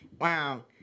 Wow